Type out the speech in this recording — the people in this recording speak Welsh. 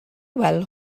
weld